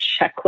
checklist